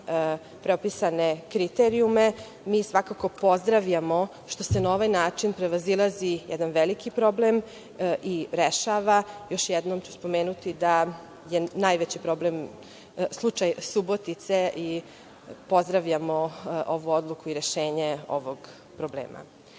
propisane kriterijume. Mi svakako pozdravljamo što se na ovaj način prevazilazi jedan veliki problem i rešava. Još jednom ću spomenuti da je najveći problem slučaj Subotice i pozdravljamo ovu odluku i rešenje ovog problema. Nadalje,